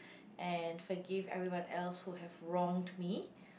and forgive everyone else who have wronged me